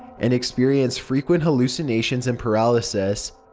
and experienced frequent hallucinations and paralysis.